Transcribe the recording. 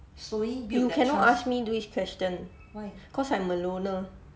you cannot ask me this question cause I'm a loner